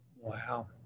Wow